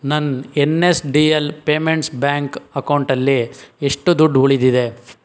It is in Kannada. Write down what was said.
ನನ್ನ N S D L payments bank ಅಕೌಂಟಲ್ಲಿ ಎಷ್ಟು ದುಡ್ಡು ಉಳಿದಿದೆ